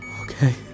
Okay